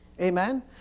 amen